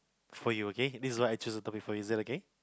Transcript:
for you okay this is why I choose the topic for you is it okay